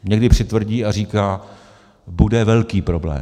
Někdy přitvrdí a říká: Bude velký problém.